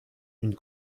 une